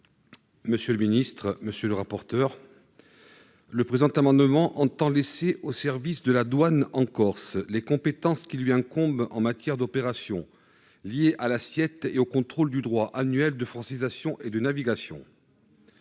est à M. Paul Toussaint Parigi. Le présent amendement vise à laisser aux services de la douane en Corse les compétences qui lui incombent en matière d'opérations liées à l'assiette et au contrôle du droit annuel de francisation et de navigation